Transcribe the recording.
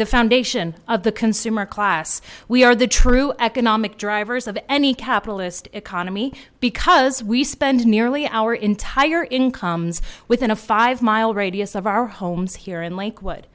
the foundation of the consumer class we are the true economic drivers of any capitalist economy because we spend nearly our entire incomes within a five mile radius of our homes here in lakewood